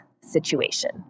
situation